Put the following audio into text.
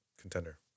contender